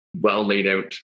well-laid-out